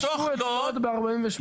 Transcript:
כבשו את לוד ב-1948.